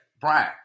Brian